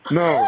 no